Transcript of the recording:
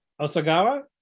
Osagawa